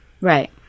right